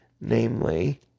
namely